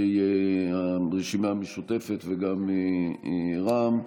לראשי הרשימה המשותפת וגם רע"מ.